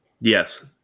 Yes